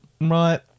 Right